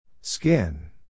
Skin